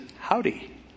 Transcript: Howdy